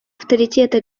авторитета